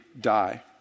die